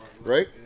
right